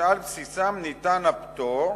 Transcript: ושעל בסיסם ניתן הפטור,